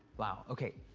wow. okay.